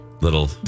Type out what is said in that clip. Little